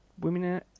women